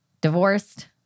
divorced